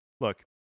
look